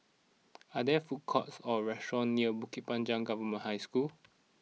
are there food courts or restaurants near Bukit Panjang Government High School